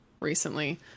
recently